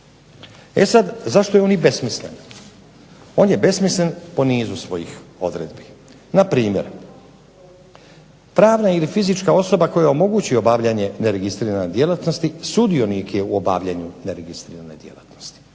E sada, zašto je on besmislen? On je besmislen po nizu svojih odredbi, na primjer, pravna ili fizička osoba koja omogući obavljanje neregistrirane djelatnosti sudionik je u obavljanju neregistrirane djelatnosti,